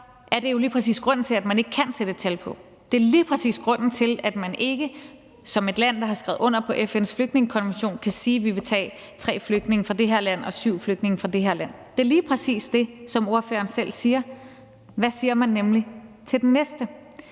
at det jo lige præcis er grunden til, at man ikke kan sætte et tal på, altså at man ikke som et land, der har skrevet under på FN's flygtningekonvention, kan sige, at man vil tage tre flygtninge fra det her land og syv flygtninge fra det her land. Det er lige præcis det, som ordføreren selv siger, nemlig hvad man siger til den næste.